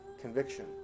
conviction